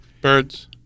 Birds